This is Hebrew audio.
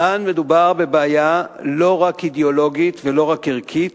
כאן מדובר בבעיה לא רק אידיאולוגית ולא רק ערכית.